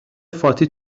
فاطی